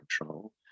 control